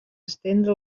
estendre